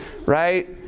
Right